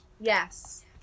Yes